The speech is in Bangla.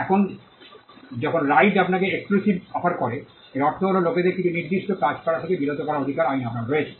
এখন যখন রাইট আপনাকে এক্সক্লুসিটি অফার করে এর অর্থ হল লোকেদের কিছু নির্দিষ্ট কাজ করা থেকে বিরত করার অধিকার আপনার রয়েছে